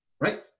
right